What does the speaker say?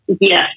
Yes